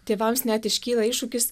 tėvams net iškyla iššūkis